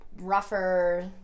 rougher